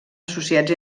associats